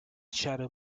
shadow